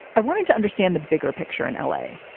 i wanted to understand the bigger picture in l a,